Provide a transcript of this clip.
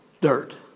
dirt